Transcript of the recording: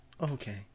Okay